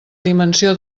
dimensió